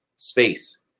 space